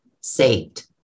saved